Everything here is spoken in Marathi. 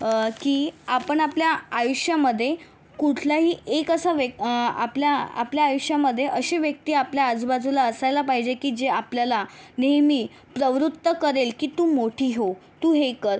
की आपण आपल्या आयुष्यामध्ये कुठलाही एक असा व्य आपल्या आपल्या आयुष्यामध्ये अशी व्यक्ती आपल्या आजूबाजूला असायला पाहिजे की जे आपल्याला नेहमी प्रवृत्त करेल की तू मोठी हो तू हे कर